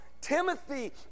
Timothy